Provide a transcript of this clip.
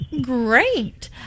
Great